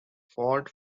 ford